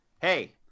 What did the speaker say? hey